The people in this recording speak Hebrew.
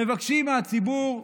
מבקשים מהציבור,